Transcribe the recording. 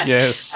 Yes